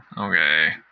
okay